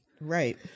Right